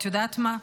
את יודעת מה,